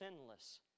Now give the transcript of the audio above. sinless